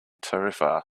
tarifa